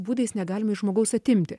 būdais negalima iš žmogaus atimti